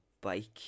bike